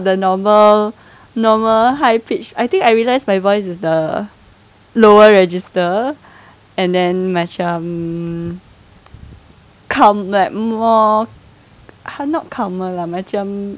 the normal normal high pitch I think I realised my voice is the lower register and then macam calm like more !huh! not calmer lah macam